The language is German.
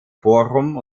forum